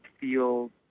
feel